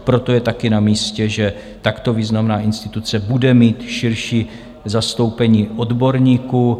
Proto je taky namístě, že takto významná instituce bude mít širší zastoupení odborníků.